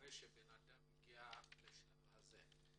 אחרי שהבן אדם הגיע לשלב הזה.